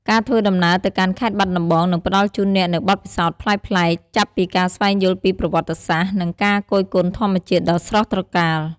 ការធ្វើដំណើរទៅកាន់ខេត្តបាត់ដំបងនឹងផ្តល់ជូនអ្នកនូវបទពិសោធន៍ប្លែកៗ ចាប់ពីការស្វែងយល់ពីប្រវត្តិសាស្ត្រ និងការគយគន់ធម្មជាតិដ៏ស្រស់ត្រកាល។